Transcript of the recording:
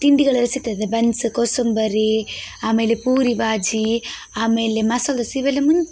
ತಿಂಡಿಗಳೆಲ್ಲ ಸಿಗ್ತದೆ ಬನ್ಸ್ ಕೋಸಂಬರಿ ಆಮೇಲೆ ಪೂರಿ ಬಾಜಿ ಆಮೇಲೆ ಮಸಾಲೆ ದೋಸೆ ಇವೆಲ್ಲ ಮುಂ